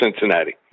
Cincinnati